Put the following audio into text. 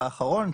האחרון,